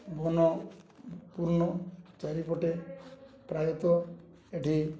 ବନପୂର୍ଣ୍ଣ ଚାରିପଟେ ପ୍ରାୟତଃ ଏଇଠି